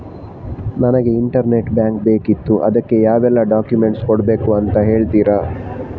ನನಗೆ internet bank ಬೇಕಿತ್ತು ಅದಕ್ಕೆ ಯಾವೆಲ್ಲಾ ಡಾಕ್ಯುಮೆಂಟ್ಸ್ ಕೊಡ್ಬೇಕು ಅಂತ ಹೇಳ್ತಿರಾ?